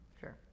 sure